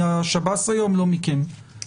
במרתף, לא ברכב של הסנגור.